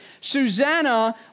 Susanna